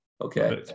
okay